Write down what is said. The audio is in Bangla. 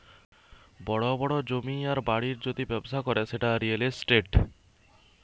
বড় বড় জমির আর বাড়ির যদি ব্যবসা করে সেটা রিয়্যাল ইস্টেট